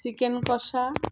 chicken কষা